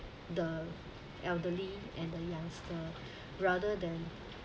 the elderly and the youngster rather than